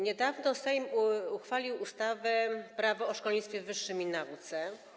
Niedawno Sejm uchwalił ustawę Prawo o szkolnictwie wyższym i nauce.